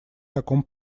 таком